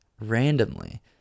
randomly